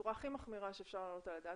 בצורה הכי מחמירה שאפשר להעלות על הדעת,